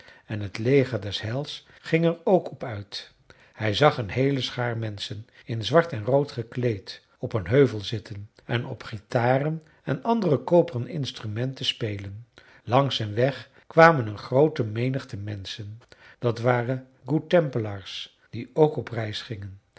en het leger des heils ging er ook op uit hij zag een heele schaar menschen in zwart en rood gekleed op een heuvel zitten en op guitaren en andere koperen instrumenten spelen langs een weg kwamen een groote menigte menschen dat waren good templars die ook op reis gingen